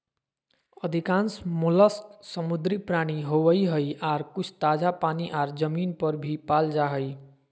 अधिकांश मोलस्क समुद्री प्राणी होवई हई, आर कुछ ताजा पानी आर जमीन पर भी पाल जा हई